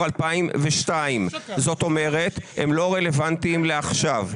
2022. זאת אומרת שהם לא רלוונטיים לעכשיו.